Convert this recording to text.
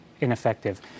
ineffective